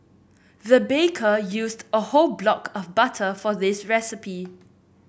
the baker used a whole block of butter for this recipe